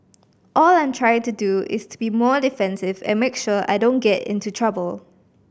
all I am trying to do is to be more defensive and make sure I don't get into trouble